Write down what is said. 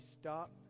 stop